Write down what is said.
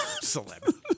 Celebrity